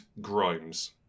Grimes